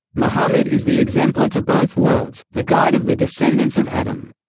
muhammad is the exemplar to both worlds, the guide of the descendants of adam.